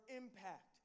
impact